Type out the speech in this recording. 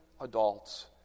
adults